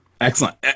Excellent